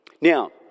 Now